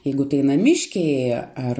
jeigu tai namiškiai ar